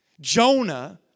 Jonah